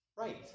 Right